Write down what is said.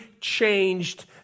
changed